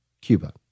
Cuba